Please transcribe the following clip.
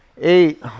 Eight